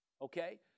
Okay